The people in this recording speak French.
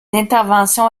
interventions